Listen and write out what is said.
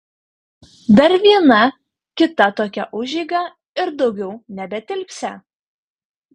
dar viena kita tokia užeiga ir daugiau nebetilpsią